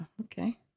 okay